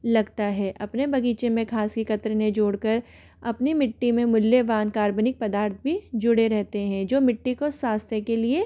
लगता है अपने बगीचे में घास कतरनें जोड़कर अपनी मिट्टी में मूल्यवान कार्बनिक पदार्थ भी जुड़े रहते हैं जो मिट्टी को स्वास्थ्य के लिए